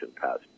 passed